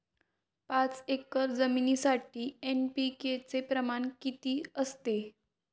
पाच एकर शेतजमिनीसाठी एन.पी.के चे प्रमाण किती असते?